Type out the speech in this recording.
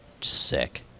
Sick